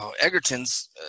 Egerton's